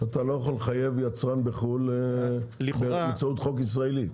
אתה לא יכול לחייב את היצרן בחו"ל באמצעות חוק ישראלי.